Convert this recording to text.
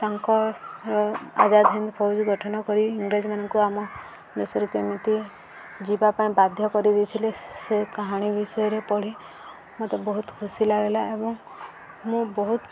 ତାଙ୍କର ଆଜାଦ ହିନ୍ଦ ଫୋୖଜ ଗଠନ କରି ଇଂରେମାନଙ୍କୁ ଆମ ଦେଶରୁ କେମିତି ଯିବା ପାଇଁ ବାଧ୍ୟ କରିଦେଇଥିଲେ ସେ କାହାଣୀ ବିଷୟରେ ପଢ଼ି ମୋତେ ବହୁତ ଖୁସି ଲାଗିଲା ଏବଂ ମୁଁ ବହୁତ